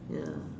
ya